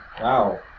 Wow